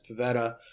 Pavetta